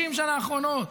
90 שנה האחרונות.